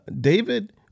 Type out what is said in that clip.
David